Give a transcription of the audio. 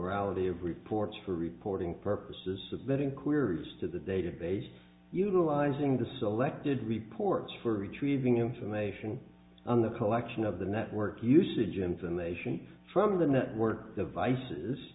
ality of reports for reporting purposes submitting queries to the database utilizing the selected reports for retrieving information on the collection of the network usage information from the network devices